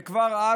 כבר אז,